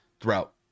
throughout